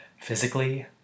Physically